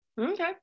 Okay